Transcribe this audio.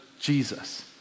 Jesus